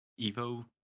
evo